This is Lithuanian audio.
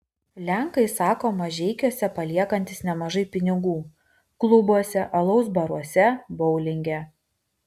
lenkai sako mažeikiuose paliekantys nemažai pinigų klubuose alaus baruose boulinge